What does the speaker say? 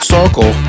Circle